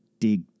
dig